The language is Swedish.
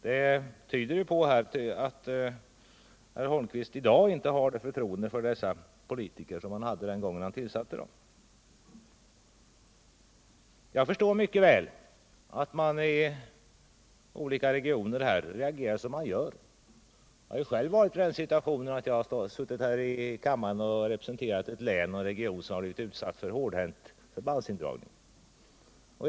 Det tyder ju på att herr Holmqvist i dag inte har samma förtroende för dessa politiker som han håde den dag då han tillsatte dem. Jag förstår mycket väl att man kan reagera så som man gör i olika regioner — jag harsjälv varit i den situationen att jag här i kammaren har representerat en region som har varit utsatt för en hårdhänt förbandsindragning.